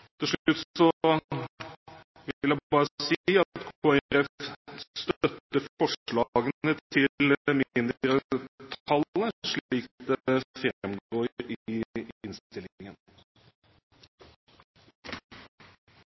Til slutt vil jeg bare si at Kristelig Folkeparti støtter forslagene til mindretallet,